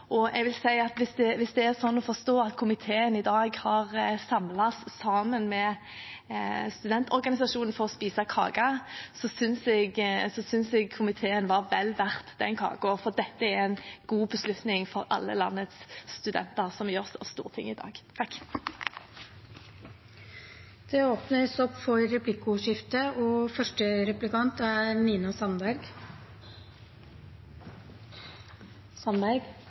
læringsmiljø. Jeg vil si at hvis det er sånn å forstå at komiteen og studentorganisasjonen i dag kom sammen for å spise kake, så syns jeg komiteen var vel verdt den kaken, for det er en god beslutning for alle landets studenter som gjøres av Stortinget i dag. Det blir replikkordskifte. Komiteen har hatt det veldig hyggelig i dag og